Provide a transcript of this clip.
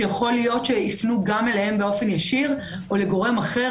שיכול להיות שיפנו גם אליהם באופן ישיר או לגורם אחר,